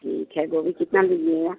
ठीक है गोभी कितना लीजिएगा